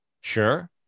Sure